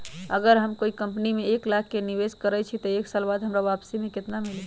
अगर हम कोई कंपनी में एक लाख के निवेस करईछी त एक साल बाद हमरा वापसी में केतना मिली?